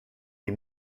les